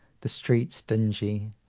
the streets dingy,